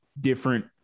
different